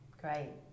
Great